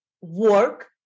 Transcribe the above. work